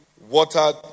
watered